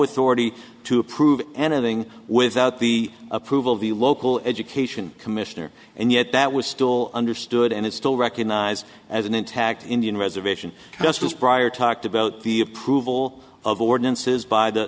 authority to approve anything without the approval of the local education commissioner and yet that was still understood and it still recognized as an intact indian reservation just as prior talked about the approval of ordinances by